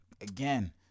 again